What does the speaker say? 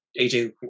AJ